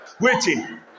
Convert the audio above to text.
waiting